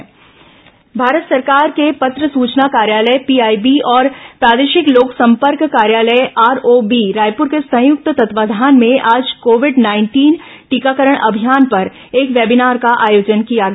Covid टीकाकरण webinar Bharat सरकार के पत्र सूचना कार्यालय पीआईबी और प्रादेशिक लोकसंपर्क कार्यालय आरओबी रायपुर के संयुक्त तत्वावधान में आज कोविंड नाइंटीन टीकाकरण अभियान पर एक वेबिनार का आयोजन किया गया